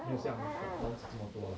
没有像 top ten 这么多 lah